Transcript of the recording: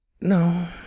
No